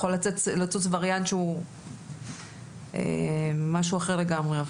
יכול לצוץ ווריאנט שהוא משהו אחר לגמרי.